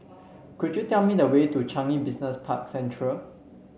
could you tell me the way to Changi Business Park Central